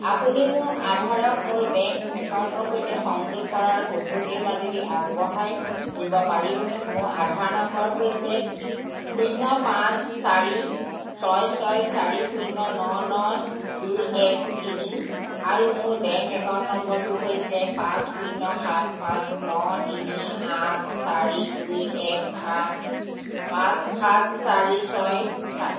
আপুনি মোৰ আধাৰক মোৰ বেংক একাউণ্টৰ সৈতে সংযোগ কৰাৰ পদ্ধতিৰ মাজেদি আগবঢ়াই নিব পাৰিবনে মোৰ আধাৰ নাম্বাৰ হৈছে শূন্য পাঁচ চাৰি ছয় ছয় চাৰি শূন্য ন ন দুই এক তিনি আৰু মোৰ বেংক একাউণ্ট নম্বৰটো হৈছে পাঁচ শূন্য সাত পাঁচ ন তিনি আঠ চাৰি দুই এক সাত পাঁচ সাত চাৰি ছয় সাত